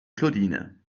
claudine